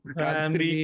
country